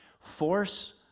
Force